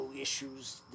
issues